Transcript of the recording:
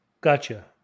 Gotcha